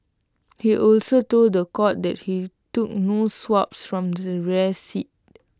he also told The Court that he took no swabs from the rear seat